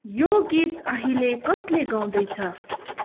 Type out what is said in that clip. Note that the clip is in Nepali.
यो गीत अहिले कसले गाउँदैछ